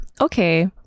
Okay